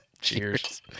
Cheers